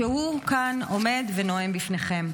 שהוא כאן עומד ונואם בפניכם,